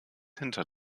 hinter